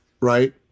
right